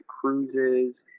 cruises